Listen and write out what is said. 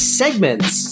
segments